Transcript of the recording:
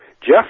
Jeff